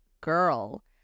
girl